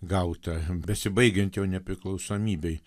gautą besibaigiant jau nepriklausomybei